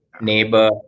neighbor